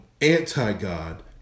anti-God